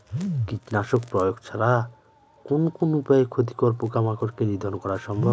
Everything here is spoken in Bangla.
কীটনাশক প্রয়োগ ছাড়া কোন কোন উপায়ে ক্ষতিকর পোকামাকড় কে নিধন করা সম্ভব?